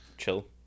Chill